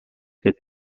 que